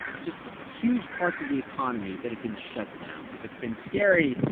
it's just huge parts of the economy that have been shut down. it's been scary.